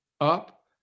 up